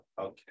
okay